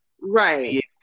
right